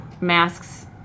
masks